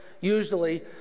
usually